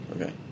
Okay